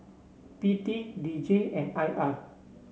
P T D J and I R